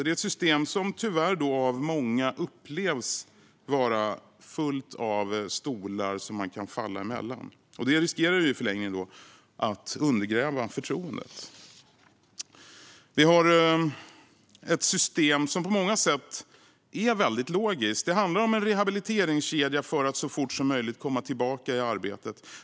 Det är ett system som, tyvärr, av många upplevs vara fullt av stolar som man kan falla mellan. Detta riskerar i förlängningen att undergräva förtroendet för systemet. Vi har ett system som på många sätt är väldigt logiskt. Det handlar om en rehabiliteringskedja för att så fort som möjligt komma tillbaka i arbete.